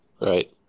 Right